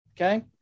Okay